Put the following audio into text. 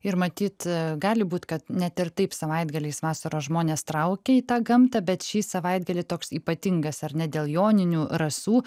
ir matyt gali būt kad net ir taip savaitgaliais vasara žmones traukia į tą gamtą bet šį savaitgalį toks ypatingas ar ne dėl joninių rasų